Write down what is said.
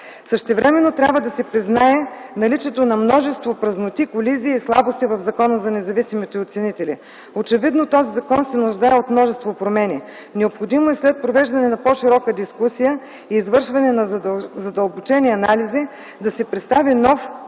Същевременно трябва да се признае наличието на множество празноти, колизии и слабости в Закона за независимите оценители. Очевидно този закон се нуждае от множество промени. Необходимо е и след провеждане на по-широка дискусия и извършване на задълбочени анализи да се представи нов